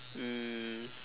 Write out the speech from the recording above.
um